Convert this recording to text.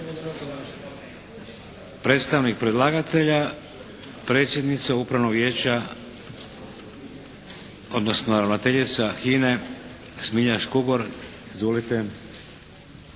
Predstavnik predlagatelja predsjednica Upravnog vijeća odnosno ravnateljica HINA-e Smilja Škugor. Izvolite!